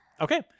Okay